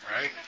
Right